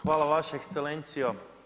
Hvala vaša ekscelencijo.